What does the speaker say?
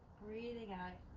breathing out,